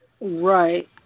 Right